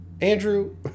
Andrew